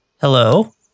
Hello